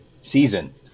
season